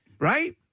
right